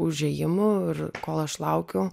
užėjimų ir kol aš laukiau